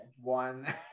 one